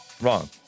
wrong